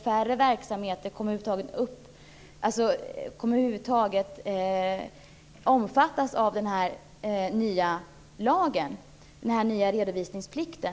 Färre verksamheter kommer över huvud taget att omfattas av den nya lagen när det gäller redovisningsplikten.